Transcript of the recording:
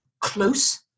close